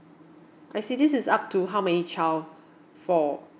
I see this is up to how many child for